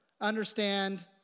understand